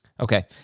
Okay